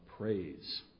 Praise